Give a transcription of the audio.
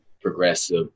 progressive